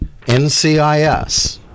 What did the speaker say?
NCIS